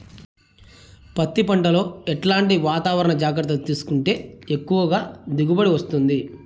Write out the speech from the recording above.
పత్తి పంట లో ఎట్లాంటి వాతావరణ జాగ్రత్తలు తీసుకుంటే ఎక్కువగా దిగుబడి వస్తుంది?